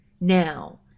Now